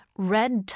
Red